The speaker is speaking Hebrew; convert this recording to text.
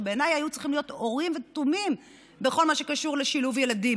שבעיניי היו צריכים להיות אורים ותומים בכל מה שקשור לשילוב ילדים